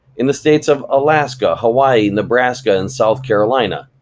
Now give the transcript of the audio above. in the states of alaska, hawaii, nebraska, and south carolina,